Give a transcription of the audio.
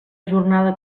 jornada